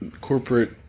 corporate